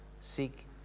seek